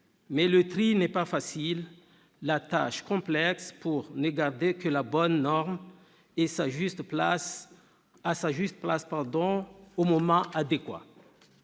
Mais le tri n'est pas facile, et la tâche est complexe, pour ne garder que la bonne norme, à sa juste place, au moment adéquat.